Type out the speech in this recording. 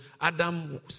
Adam